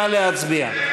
נא להצביע.